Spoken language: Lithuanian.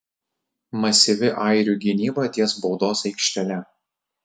masyvi airių gynyba ties baudos aikštele